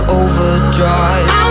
overdrive